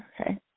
okay